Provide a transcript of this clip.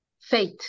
faith